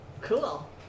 Cool